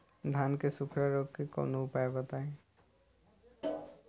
धान के सुखड़ा रोग के कौनोउपाय बताई?